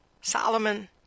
Solomon